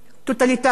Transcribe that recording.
אנטי-דמוקרטי.